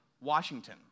Washington